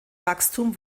wachstum